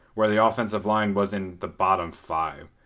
where the offensive line was in the bottom five.